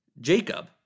Jacob